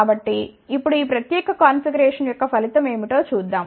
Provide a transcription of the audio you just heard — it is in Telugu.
కాబట్టి ఇప్పుడు ఈ ప్రత్యేక కాన్ఫిగరేషన్ యొక్క ఫలితం ఏమిటో చూద్దాం